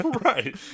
Right